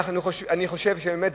אני חושב שבאמת,